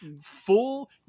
full